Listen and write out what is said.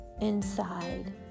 inside